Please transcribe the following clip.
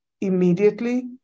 Immediately